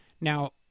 now